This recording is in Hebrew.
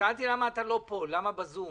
שאלתי למה אתה לא פה, למה בזום.